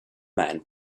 man